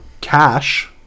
cash